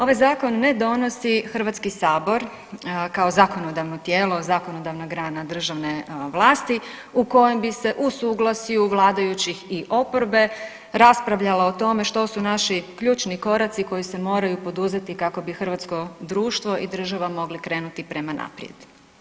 Ovaj zakon ne donosi Hrvatski sabor kao zakonodavno tijelo, zakonodavna grana državne vlasti, u kojem bi se u suglasju vladajućih i oporbe raspravljalo o tome što su naši ključni koraci koji se moraju poduzeti kako hrvatsko društvo i država mogli krenuti prema naprijed.